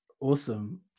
Awesome